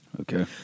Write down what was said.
Okay